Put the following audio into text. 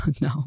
no